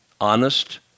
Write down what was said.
honest